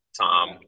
Tom